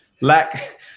lack